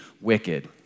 wicked